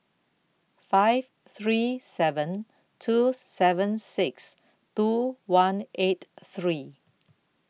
five three seven two seven six two one eight three